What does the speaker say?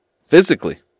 physically